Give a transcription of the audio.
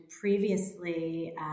previously